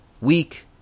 weak